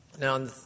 Now